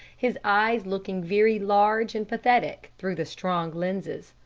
his eyes looking very large and pathetic through the strong lenses.